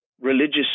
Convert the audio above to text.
religious